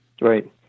right